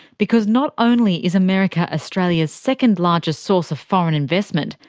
because not only is america australia's second largest source of foreign investment,